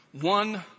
one